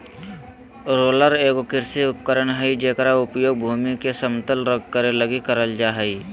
roller एगो कृषि उपकरण हइ जेकर उपयोग भूमि के समतल करे लगी करल जा हइ